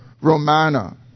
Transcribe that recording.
Romana